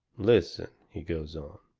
listen, he goes on.